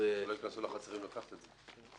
שלא ייכנסו לחצרים לקחת את זה.